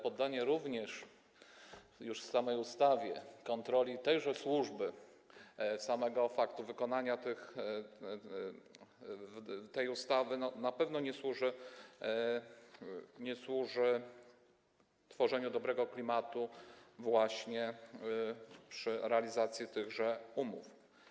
Poddanie również już w samej ustawie kontroli tejże służby, samego faktu wykonania tej ustawy na pewno nie służy tworzeniu dobrego klimatu właśnie przy realizacji tychże umów.